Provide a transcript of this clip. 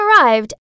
arrived